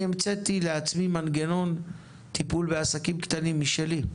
המצאתי לעצמי מנגנון טיפול בעסקים קטנים משלי,